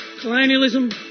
colonialism